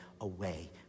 away